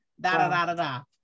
Da-da-da-da-da